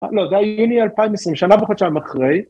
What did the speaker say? ‫לא, זה היה יוני 2020, ‫שנה וחודשיים אחרי